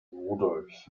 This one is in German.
rudolf